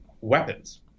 weapons